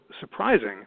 surprising